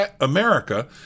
America